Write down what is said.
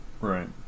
Right